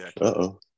Uh-oh